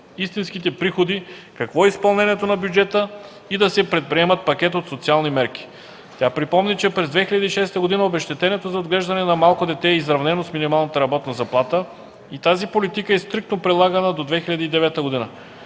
истинските приходи, какво е изпълнението на бюджета, и да се предприеме пакет от социални мерки. Тя припомни, че през 2006 г. обезщетението за отглеждане на малко дете е изравнено с минималната работна заплата и тази политика е стриктно прилагана до 2009 г.